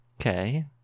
Okay